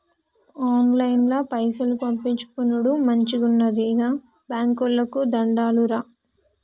ఆన్లైన్ల పైసలు పంపిచ్చుకునుడు మంచిగున్నది, గా బాంకోళ్లకు దండాలురా